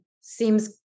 seems